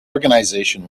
organization